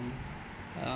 uh